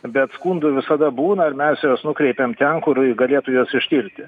bet skundų visada būna ir mes juos nukreipiam ten kur galėtų juos ištirti